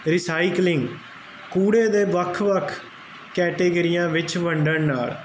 recycling ਕੂੜੇ ਦੇ ਵੱਖ ਵੱਖ ਕੈਟਾਗਰੀਆਂ ਵਿੱਚ ਵੰਡਣ ਨਾਲ